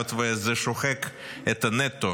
היות שזה שוחק את הנטו,